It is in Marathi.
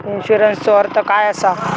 इन्शुरन्सचो अर्थ काय असा?